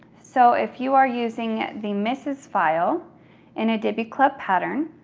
so if you are using the misses file in a diby club pattern,